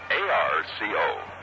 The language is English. A-R-C-O